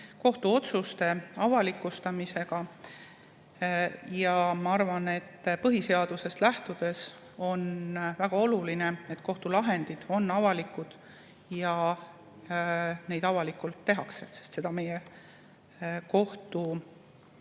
kohtuotsuste avalikustamisega. Ma arvan, et põhiseadusest lähtudes on väga oluline, et kohtulahendid on avalikud ja neid tehakse avalikult, sest seda meie